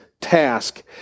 task